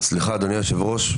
סליחה אדוני היושב-ראש,